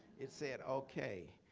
it said, ok.